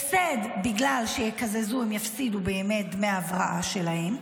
הפסד בגלל שיקזזו, הן יפסידו בדמי ההבראה שלהן,